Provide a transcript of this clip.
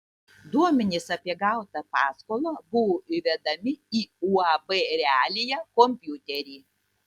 duomenys apie gautą paskolą buvo įvedami į uab realija kompiuterį